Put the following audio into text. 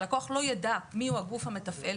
הלקוח לא ידע מיהו הגוף המתפעל.